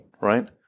right